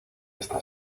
esta